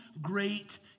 great